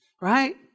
right